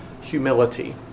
humility